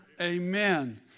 Amen